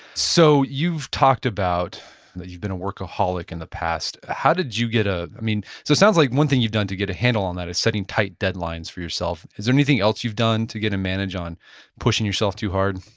so you've talked about that you've been a workaholic in the past. how did you get, so it so sounds like one thing you've done to get a handle on that is setting tight deadlines for yourself. is there anything else you've done to get a manage on pushing yourself too hard?